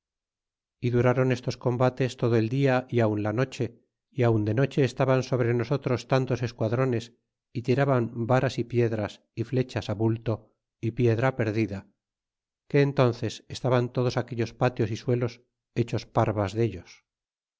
y durron estos combates todo el dia y aun la noche y aun de noche estaban sobre nosotros tantos esquadrones y tiraban varas y piedras y flechas bulto y piedra perdida que entánces estaban todos aquellos patios y suelos hechos parvas dellos